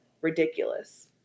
ridiculous